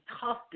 tough